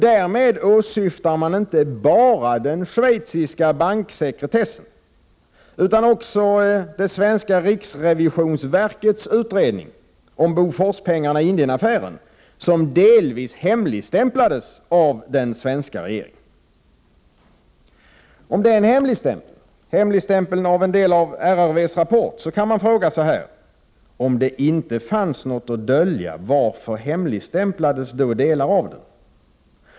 Därmed åsyftar man inte bara den schweiziska banksekretessen, utan också det svenska riksrevisionsverkets utredning om Boforspengarna i Indienaffären, som delvis hemligstämplats av den svenska regeringen. Om hemligstämpeln på RRVS rapport kan man fråga: Om det inte fanns något att dölja, varför hemligstämplades då delar av den?